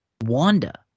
Wanda